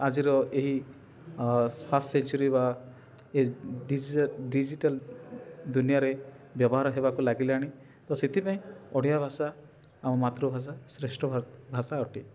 ଆଜିର ଏହି first century ବା ଏ ଡିଜିଟାଲ ଦୁନିଆରେ ବ୍ୟବହାର ହେବାକୁ ଲାଗିଲାଣି ତ ସେଥିପାଇଁ ଓଡ଼ିଆ ଭାଷା ଆମ ମାତୃଭାଷା ଶ୍ରେଷ୍ଠ ଭାଷା ଅଟେ